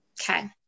okay